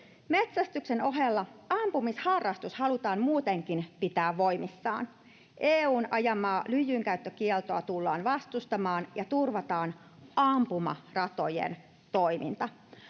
Metsästyksen ohella ampumisharrastus halutaan muutenkin pitää voimissaan. EU:n ajamaa lyijynkäyttökieltoa tullaan vastustamaan ja turvataan ampumaratojen toiminta.